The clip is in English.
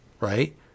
right